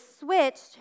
switched